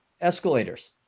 escalators